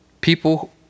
People